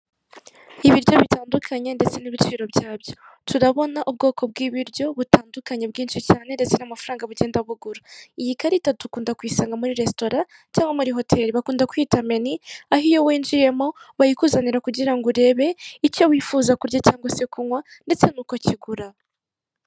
Ibiryo bitandukanye ndetse n'ibiciro byabyo, turabona ubwoko bw'ibiryo butandukanye bwinshi cyane ndetse n'amafaranga bugenda bugura. Iyi karita dukunda kuyisanga muri resitora cyangwa muri hoteli, bakunda kuyita meni aho iyo winjiyemo bayikuzanira kugira ngo urebe icyo wifuza kurya cyangwa se kunywa ndetse n'uko kigura.